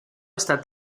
esta